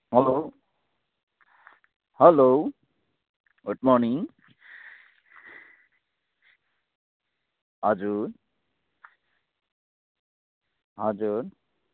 hello hello good morning हजुर हजुर